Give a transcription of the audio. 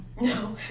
No